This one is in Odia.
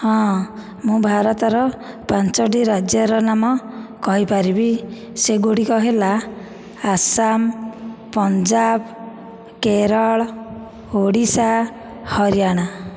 ହଁ ମୁଁ ଭାରତର ପାଞ୍ଚଟି ରାଜ୍ୟର ନାମ କହିପାରିବି ସେଗୁଡ଼ିକ ହେଲା ଆସାମ ପଞ୍ଜାବ କେରଳ ଓଡ଼ିଶା ହରିୟାଣା